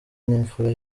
n’imfura